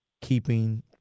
Keeping